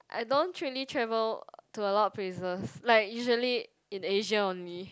I don't truly travel to a lot of places like usually in Asia only